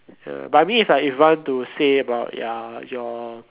ya but I mean if like if want to say about ya your